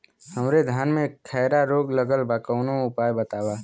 हमरे धान में खैरा रोग लगल बा कवनो उपाय बतावा?